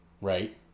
right